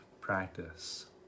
practice